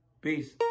Peace